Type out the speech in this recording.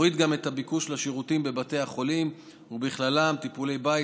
יוצא מורידות גם את הביקוש לשירותים בבתי החולים ובכללם טיפולי בית,